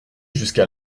jusqu’à